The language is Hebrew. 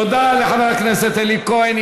תודה לחבר הכנסת אלי כהן.